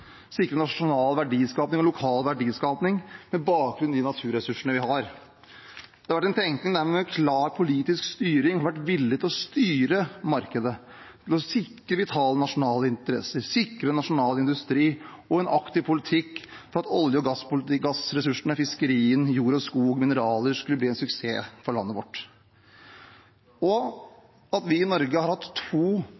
sikre nasjonal og lokal verdiskaping, med bakgrunn i de naturressursene vi har. Det har vært en tenkning der man med en klar politisk styring har vært villig til å styre markedet ved å sikre vitale nasjonale interesser, sikre nasjonal industri og føre en aktiv politikk for at olje- og gassressursene, fiskeriene, jord, skog og mineraler skulle bli en suksess for landet vårt.